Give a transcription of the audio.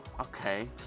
Okay